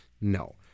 No